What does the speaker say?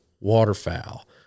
waterfowl